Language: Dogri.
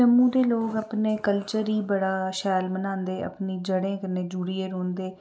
जम्मू दे लोक अपने कल्चर गी बड़ा शैल मनांदे अपनी जड़ें कन्नै जुड़ियै रौह्न्दे